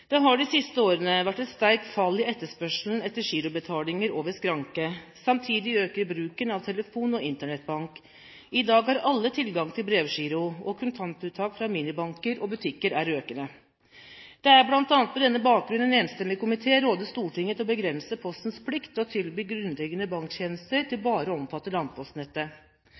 Det har de siste årene vært et sterkt fall i etterspørselen etter girobetalinger over skranke. Samtidig øker bruken av telefon- og internettbank. I dag har alle tilgang til brevgiro, og kontantuttak fra minibanker og butikker er økende. Det er bl.a. på denne bakgrunn en enstemmig komité råder Stortinget til å begrense Postens plikt til å tilby grunnleggende banktjenester til bare å omfatte landpostnettet.